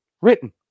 written